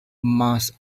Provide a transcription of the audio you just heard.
most